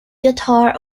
guitar